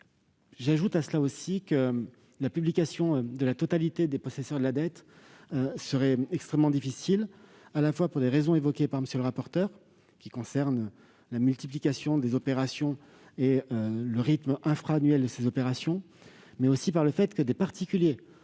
J'ajoute que la publication de la totalité des possesseurs de la dette serait extrêmement difficile, à la fois pour les raisons évoquées par M. le rapporteur, qui concernent la multiplication des opérations et leur rythme infra-annuel, et parce que des particuliers